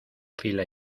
fila